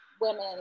women